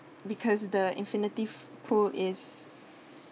because the infinity pool is